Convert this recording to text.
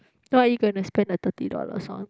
what are you gonna to spend the thirty dollars on